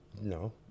No